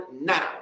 now